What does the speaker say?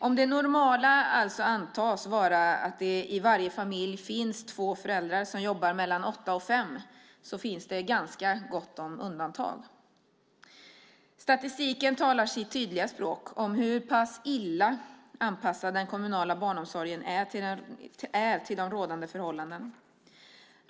Om det normala alltså antas vara att det i varje familj finns två föräldrar som jobbar mellan åtta och fem finns det ganska gott om undantag. Statistiken talar sitt tydliga språk om hur pass illa anpassad den kommunala barnomsorgen är till de rådande förhållandena.